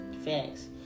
Facts